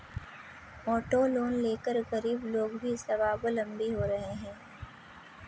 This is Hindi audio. ऑटो लोन लेकर गरीब लोग भी स्वावलम्बी हो रहे हैं